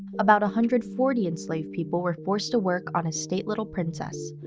about a hundred forty enslaved people were forced to work on estate little princess,